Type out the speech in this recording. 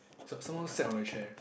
some~ someone sat on the chair